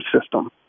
system